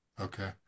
okay